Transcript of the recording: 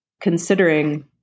considering